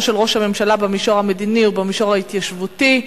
של ראש הממשלה במישור המדיני ובמישור ההתיישבותי.